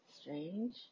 Strange